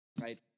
Right